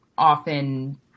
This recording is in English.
often